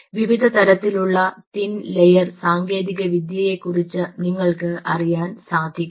വിവിധ തരത്തിലുള്ള thin layer സാങ്കേതികവിദ്യയെക്കുറിച്ച് നിങ്ങൾക്ക് അറിയാൻ സാധിക്കണം